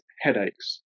headaches